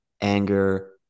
anger